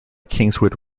kingswood